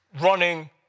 Running